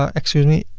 ah excuse me,